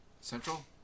central